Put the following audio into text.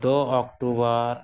ᱫᱳ ᱚᱠᱴᱳᱵᱚᱨ